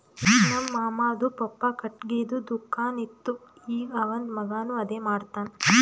ನಮ್ ಮಾಮಾದು ಪಪ್ಪಾ ಖಟ್ಗಿದು ದುಕಾನ್ ಇತ್ತು ಈಗ್ ಅವಂದ್ ಮಗಾನು ಅದೇ ಮಾಡ್ತಾನ್